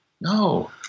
No